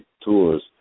tours